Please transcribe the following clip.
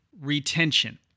retention